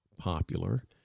Popular